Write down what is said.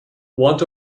want